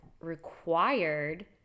required